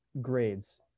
grades